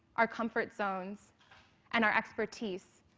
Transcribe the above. our comfort zones and our expertise,